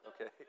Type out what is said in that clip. Okay